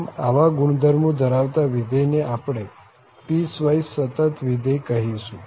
આમ આવા ગુણધર્મો ધરાવતા વિધેય ને આપણે પીસવાઈસ સતત વિધેય કહીશું